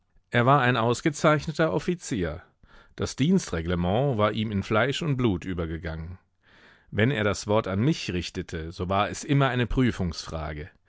er war ein ausgezeichneter offizier das dienstreglement war ihm in fleisch und blut übergegangen wenn er das wort an mich richtete so war es immer eine prüfungsfrage